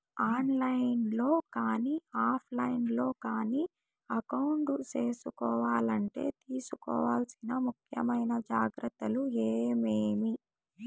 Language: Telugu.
ఆన్ లైను లో కానీ ఆఫ్ లైను లో కానీ అకౌంట్ సేసుకోవాలంటే తీసుకోవాల్సిన ముఖ్యమైన జాగ్రత్తలు ఏమేమి?